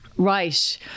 Right